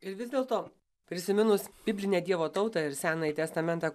ir vis dėlto prisiminus biblinę dievo tautą ir senąjį testamentą